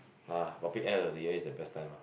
!huh! probably end of the year is the best time ah